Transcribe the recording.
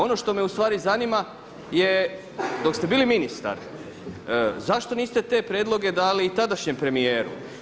Ono što me u stvari zanima je dok ste bili ministar, zašto niste te prijedloge dali i tadašnjem premijeru.